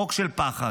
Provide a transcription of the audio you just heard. חוק של פחד,